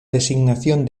designación